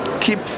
keep